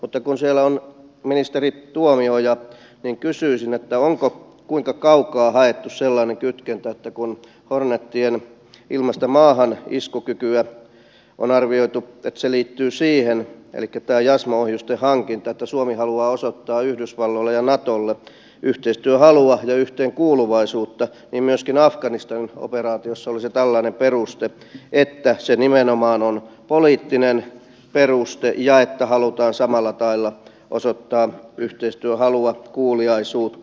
mutta kun siellä aitiossa on ministeri tuomioja niin kysyisin onko kuinka kaukaa haettu sellainen kytkentä että kun hornetien ilmasta maahan iskukyvyn tämän jassm ohjusten hankinnan on arvioitu liittyvän siihen että suomi haluaa osoittaa yhdysvalloille ja natolle yhteistyöhalua ja yhteenkuuluvaisuutta niin myöskin afganistan operaatiossa olisi tällainen nimenomaan poliittinen peruste ja halutaan samalla tavalla osoittaa yhteistyöhalua kuuliaisuutta